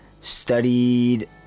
studied